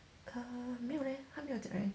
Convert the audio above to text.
err 没有 leh 他没有讲